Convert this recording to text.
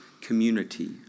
community